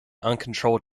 uncontrolled